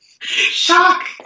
shock